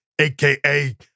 aka